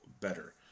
better